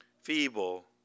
feeble